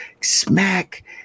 smack